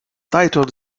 dayton